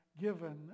given